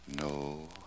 No